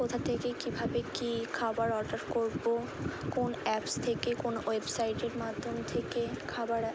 কোথা থেকে কীভাবে কী খাবার অর্ডার করবো কোন অ্যাপস থেকে কোন ওয়েবসাইটের মাধ্যম থেকে খাবার